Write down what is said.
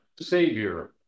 Savior